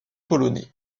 polonais